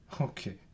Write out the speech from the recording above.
Okay